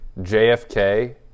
JFK